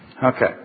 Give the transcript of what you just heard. Okay